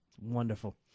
Wonderful